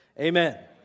Amen